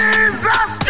Jesus